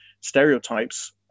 stereotypes